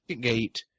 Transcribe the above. gate